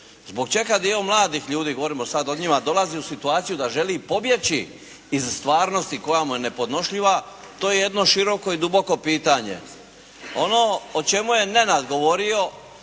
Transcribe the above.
Zbog čega dio mladih ljudi, govorimo sad o njima, dolazi u situaciju da želi pobjeći iz stvarnosti koja mu je nepodnošljiva, to je jedno široko i duboko pitanje. Ono o čemu je Nenad govorio,